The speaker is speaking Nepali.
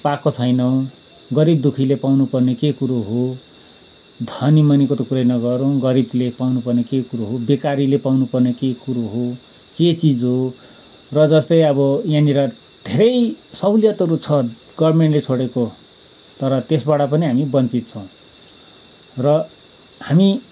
पाएको छैनौँ गरिब दुखीले पाउनु पर्ने के कुरो हो धनी मनीको त कुरै नगरौँ गरिबले पाउनु पर्ने के कुरो हो बेकारीले पाउनु पर्ने के कुरो हो के चिज हो र जस्तै अब यहाँनिर धेरै सहुलियतहरू छन गभर्मेन्टले छोडेको तर त्यसबाट पनि हामी वञ्चित छौँ र हामी